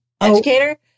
educator